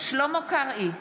שלמה קרעי,